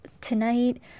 Tonight